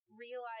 realize